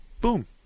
Boom